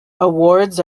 awards